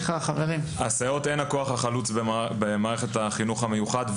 הסייעות הן הכוח החלוץ במערכת החינוך המיוחד,